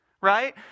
right